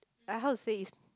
I how to say is